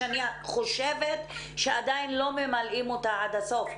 אני חושבת שעדיין לא ממלאים את החובה עד הסוף.